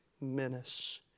menace